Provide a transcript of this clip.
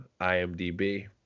IMDb